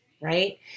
right